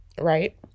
right